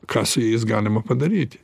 ką su jais galima padaryti